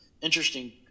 interesting